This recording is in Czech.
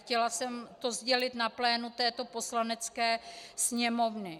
Chtěla jsem to sdělit na plénu této Poslanecké sněmovny.